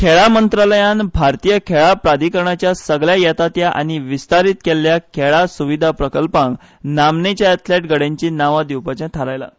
खेळां मंत्रालयान भारतीय खेळां प्राधिकरणाच्या सगल्या येता त्या आनी विस्तारीत केल्ल्या खेळ सुविधा प्रकल्पांक नामनेच्या एथलेट गडयांची नांवां दिवपाचें थारायलां